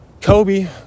Kobe